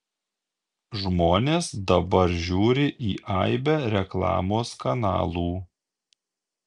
žmonės dabar žiūri į aibę reklamos kanalų